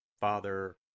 Father